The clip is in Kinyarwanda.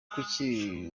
kuki